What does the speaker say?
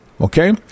Okay